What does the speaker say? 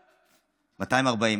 240,